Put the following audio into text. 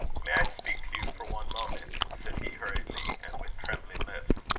may i speak to you for one moment? said he, hurriedly, and with trembling lips.